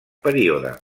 període